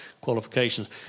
qualifications